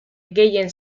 gehien